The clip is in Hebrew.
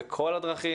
בכל הדרכים.